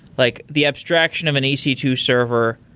like the abstraction of an e c two server,